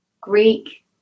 Greek